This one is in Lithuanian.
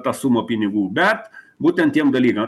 tą sumą pinigų bet būtent tiem dalykam